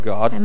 God